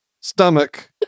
stomach